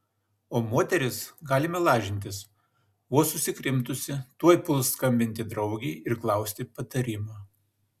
o moteris galime lažintis vos susikrimtusi tuoj puls skambinti draugei ir klausti patarimo